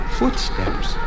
footsteps